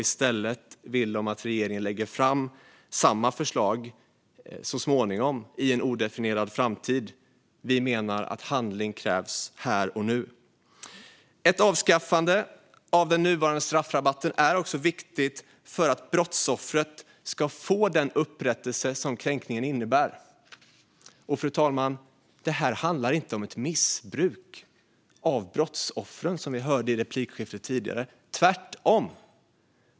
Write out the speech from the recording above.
I stället vill de att regeringen lägger fram samma förslag så småningom, i en odefinierad framtid. Vi menar att handling krävs här och nu. Ett avskaffande av den nuvarande straffrabatten är också viktigt för att brottsoffret ska få den upprättelse som kränkningen innebär. Fru talman! Detta handlar inte om ett missbruk av brottsoffren, som vi hörde i replikskiftet tidigare - tvärtom.